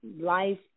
life